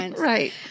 Right